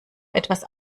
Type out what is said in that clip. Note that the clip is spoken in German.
etwas